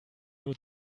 nur